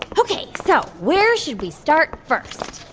ok, so where should we start first?